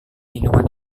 minuman